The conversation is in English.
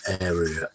area